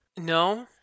No